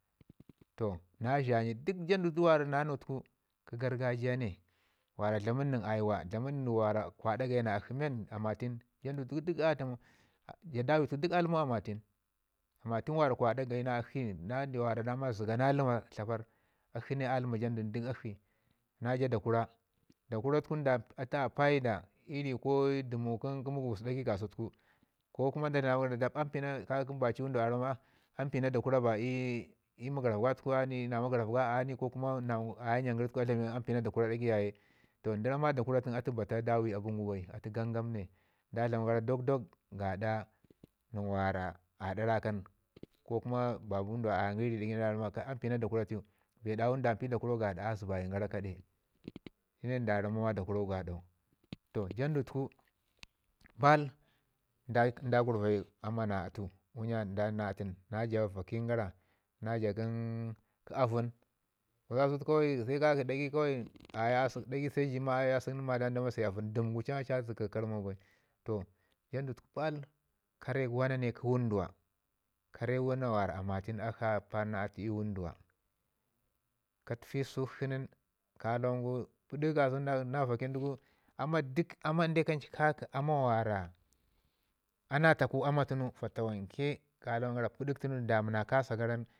Toh na zhanyi duk jandau wara na nau tuku kə gargajiya wara nau tuku kə gargajiya ware dlamen nən ayuwa kə gargajiya ne wara kwa aɗa gayi na akshi men amatin, jandu tuku duk a ləmau nin amatin, amatin mi kwaɗa gayi na akshi na ndawa wara daman zəga na ləma tlaparr. Akshi ne a jandu duk akshi na ja dakura, dakura tuku atu a paida ii ri ko ndəmu mugubus ɗagai kasau tu ku ko da dlam na magərat dagai kasau kwa kumu baci wunduwo a ramma am pi na dagkura ba ii magərat ga tuku magərat ga a ye ni ko kuma na magərat a ye njan gəri tuku am pi na dukura dagai yaye. Nda ramma dukura tun atu bata dawai abən gu bai nda dlama gara gangam ne da dlama gara dok- dok gaɗa nin wara aɗa rakan ko kuma baci wunduwa ayan gəri ri ɗagai nin a ramma kai am pi na dakura teu. Bee dawu nda mpi dakura gaɗa a zibayin yara kade shin ne nda ramma dakura ɗagai kasau. toh Jandu tuku baal da grurva yi ama na atu wunya da ni na atun na ja vəkin gara na ja kə avən. Gusku se ka ki ɗagai kawai aye asək se ju ma ayi asək nin da masai avən, dəm cam a ci zəga karmau bai. Toh jandu tuku baal kare wana ne kə wunduwa kare wana mi amatau a ampani na atu ii wunduwa. Ka tufi sukshi nin ka lawan gu pədək ka sun nin na vəkin tuku ama duk kanan ka ki ama wara a nataku ama tunui fatawan ke pədək ka su nin da mi na ka sa gara